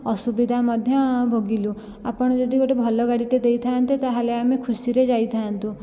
ଅସୁବିଧା ମଧ୍ୟ ଭୋଗିଲୁ ଆପଣ ଯଦି ଗୋଟିଏ ଭଲ ଗାଡ଼ିଟେ ଦେଇଥାନ୍ତେ ତାହେଲେ ଆମେ ଖୁସିରେ ଯାଇଥାନ୍ତୁ